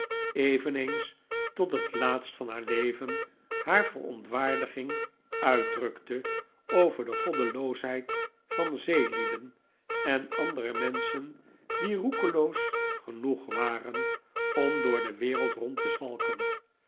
eveneens tot het laatst van haar leven haar verontwaardiging uitdrukte over de goddeloosheid van zeelieden en andere menschen die roekeloos genoeg waren om door de wereld rond te zwalken